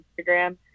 Instagram